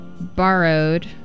borrowed